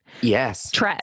Yes